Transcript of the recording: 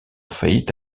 faillite